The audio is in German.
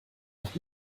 doch